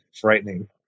Frightening